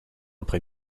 après